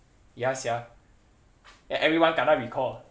ya sia e~ everyone kena recall